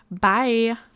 Bye